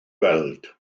weld